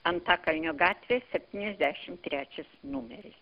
antakalnio gatvė septyniasdešim trečias numeris